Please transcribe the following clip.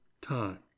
time